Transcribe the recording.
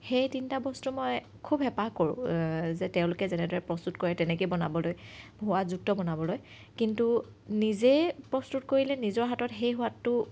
সেই তিনিটা বস্তু মই খুব হেঁপাহ কৰোঁ তেওঁলোকে যেনেদৰে প্ৰস্তুত কৰে তেনেকৈ বনাবলৈ সোৱাদযুক্ত বনাবলৈ কিন্তু নিজেই প্ৰস্তুত কৰিলে নিজৰ হাতত সেই সোৱাদটো